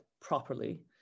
properly